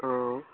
অঁ